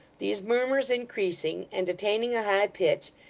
these murmurs increasing, and attaining a high pitch,